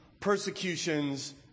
persecutions